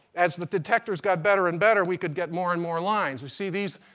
as the detectors got better and better we could get more and more lines. you see these,